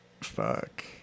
fuck